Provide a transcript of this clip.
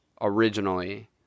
originally